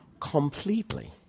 completely